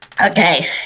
Okay